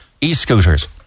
E-scooters